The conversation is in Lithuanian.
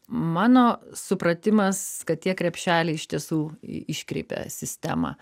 mano supratimas kad tie krepšeliai iš tiesų iškreipia sistemą